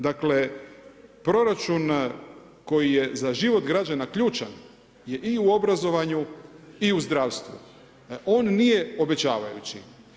Dakle, proračun koji je za život građana ključan je i u obrazovanju i u zdravstvu, on nije obećavajući.